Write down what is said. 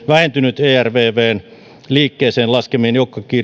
vähentynyt ervvn liikkeeseen laskemien